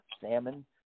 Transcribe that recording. salmon